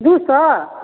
दुइ सओ